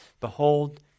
behold